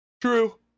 True